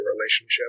relationship